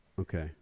Okay